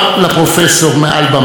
כבוד הפרופסור,